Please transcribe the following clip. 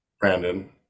Brandon